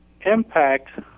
impact